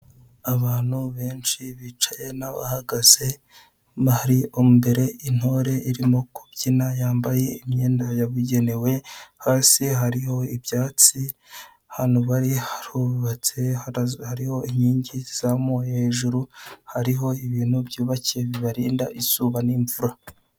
Abantu benshi bicaye n'abahagaze bari imbere intore irimo kubyina yambaye imyenda yabugenewe, hasi hariho ibyatsi ahantu bari harubatse hariho inkingi izamuye hejuru, hariho ibintu byubakiye bibarinda izuba n'imvura.